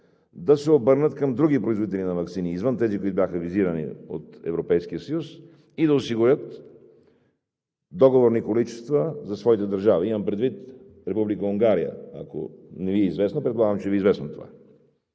да се обърнат към други производители на ваксини извън тези, които бяха визирани от Европейския съюз, и да осигурят договорни количества за своите държави. Имам предвид Република Унгария, ако не Ви е известно. Предполагам, че Ви е известно това.